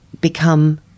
become